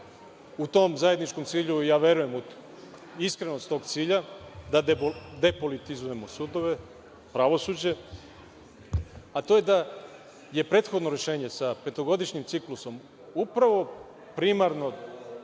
u tom zajedničkom cilju, i verujem u iskrenost tog cilja, da depolitizujemo sudove, pravosuđe, a to je da je prethodno rešenje sa petogodišnjim ciklusom upravo primarno